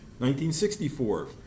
1964